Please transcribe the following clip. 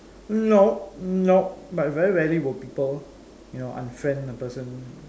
nope nope but very rarely will people you know unfriend a person